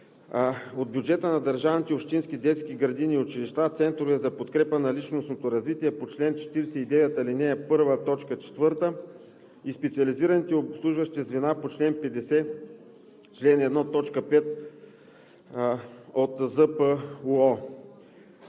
от бюджета на държавните и общинските детски градини и училища, центровете за подкрепа за личностното развитие по чл. 49, ал. 1, т. 4 и специализираните обслужващи звена по чл. 50, чл. 1, т. 5 от ЗПУО,